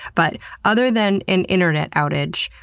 but other than an internet outage,